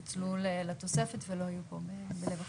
יפוצלו לתוספת ולא יהיו פה בלב החוק.